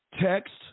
text